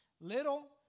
Little